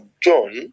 John